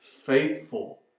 faithful